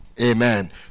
Amen